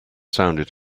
sounded